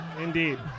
Indeed